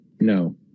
No